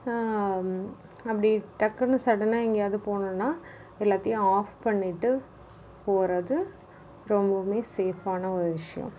அப்படி டக்குனு சடனாக எங்கேயாவுது போகணுனா எல்லாத்தையும் ஆஃப் பண்ணிட்டு போகிறது ரொம்பவுமே சேஃபான ஒரு விஷயோம்